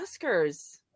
Oscars